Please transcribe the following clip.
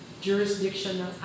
jurisdiction